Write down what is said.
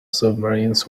submarines